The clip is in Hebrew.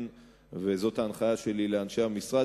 זאת גם ההנחיה שלי לאנשי המשרד.